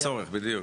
אין צורך, בדיוק.